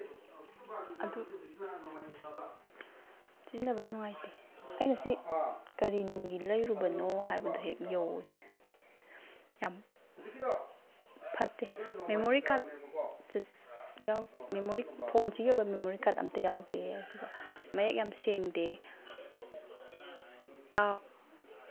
ꯑꯗꯨ ꯁꯤꯖꯤꯟꯅꯕ ꯅꯨꯡꯉꯥꯏꯇꯦ ꯑꯩꯅ ꯁꯤ ꯀꯔꯤꯅꯨꯡꯒꯤ ꯂꯩꯔꯨꯕꯅꯣ ꯍꯥꯏꯕꯗꯨ ꯍꯦꯛ ꯌꯧꯋꯤ ꯌꯥꯝ ꯐꯠꯇꯦ ꯃꯦꯃꯣꯔꯤ ꯀꯥꯔꯠ ꯐꯣꯟꯁꯤꯒꯤ ꯑꯣꯏꯕ ꯃꯦꯃꯣꯔꯤ ꯀꯥꯔꯠ ꯑꯝꯇ ꯌꯥꯎꯗꯦ ꯑꯗꯨꯒ ꯃꯌꯦꯛ ꯌꯥꯝ ꯁꯦꯡꯗꯦ